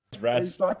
Rats